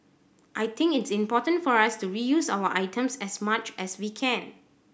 I think it's important for us to reuse our items as much as we can